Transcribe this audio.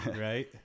Right